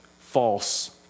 false